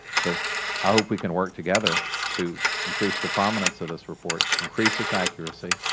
so i hope we can work together to increase the prominence of this report, increase its accuracy,